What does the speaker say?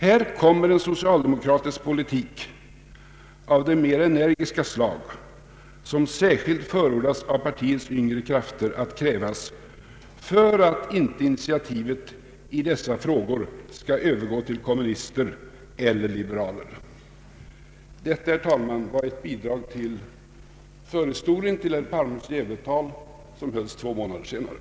Här kommer en socialdemokratisk politik av det mera energiska slag som särskilt förordas av partiets yngre krafter att krävas för att inte initiativet i dessa frågor ska övergå till kommunister eller liberaler.” Detta, herr talman, var ett bidrag till förhistorien om herr Palmes Gävletal två månader senare.